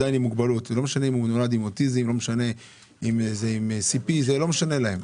עדיין עם מוגבלות ולא משנה אם הוא נולד עם אוטיזם או עם מחלה אחרת.